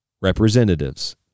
representatives